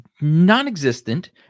non-existent